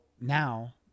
now